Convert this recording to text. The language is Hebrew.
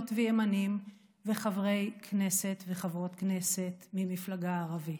וימנים וחברי כנסת וחברות כנסת ממפלגה ערבית.